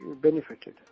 benefited